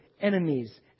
enemies